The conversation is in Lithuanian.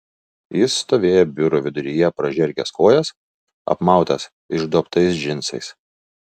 jis stovėjo biuro viduryje pražergęs kojas apmautas išduobtais džinsais